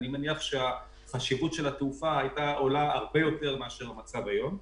אני מניח שהחשיבות של התעופה היתה עולה הרבה יותר מאשר המצב היום.